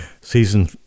Season